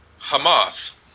Hamas